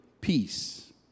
peace